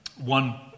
one